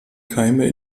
keime